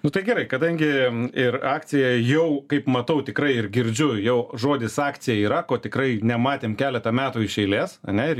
nu tai gerai kadangi ir akcija jau kaip matau tikrai ir girdžiu jau žodis akcija yra ko tikrai nematėm keletą metų iš eilės ane ir